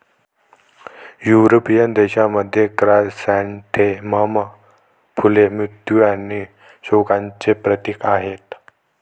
European देशांमध्ये, chrysanthemum फुले मृत्यू आणि शोकांचे प्रतीक आहेत